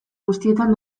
guztietan